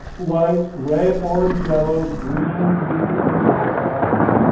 light, red, orange, yellow, green, blue, indigo, violet,